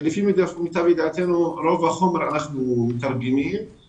למיטב ידיעתנו, אנחנו מתרגמים את רוב החומר.